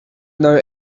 know